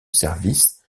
service